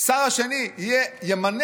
השר השני ימנה